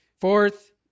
Fourth